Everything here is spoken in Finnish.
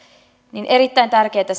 erittäin tärkeätä